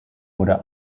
wurde